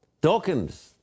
Dawkins